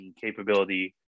capability